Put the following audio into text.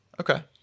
Okay